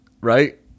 right